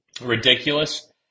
ridiculous